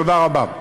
תודה רבה.